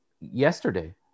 yesterday